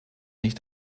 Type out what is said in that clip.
nicht